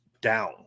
down